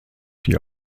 die